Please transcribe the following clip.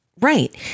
Right